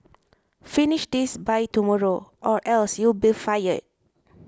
finish this by tomorrow or else you'll be fired